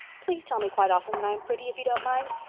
please tell me quite often that i am pretty, if you don't mind.